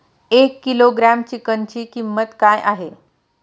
एक किलोग्रॅम चिकनची किंमत काय आहे?